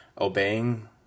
obeying